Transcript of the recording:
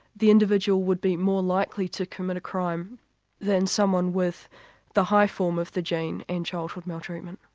the individual would be more likely to commit a crime than someone with the high form of the gene in childhood maltreatment.